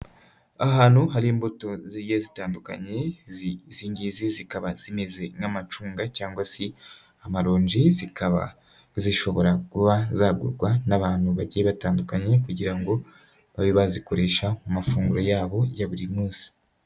Ahantu hari imbuto zigiye zitandukanye, izi ngizi zikaba zimeze nk'amacunga cyangwa se amaronji, zikaba zishobora kuba zagurwa n'abantu bagiye batandukanye kugira ngo babe bazikoresha mu mafunguro yabo ya buri munsi.